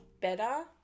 better